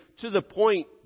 to-the-point